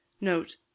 Note